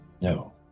No